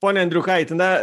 pone andriukaiti na